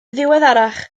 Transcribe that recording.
ddiweddarach